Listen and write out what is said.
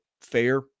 fair